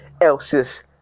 else's